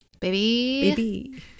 Baby